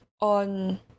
on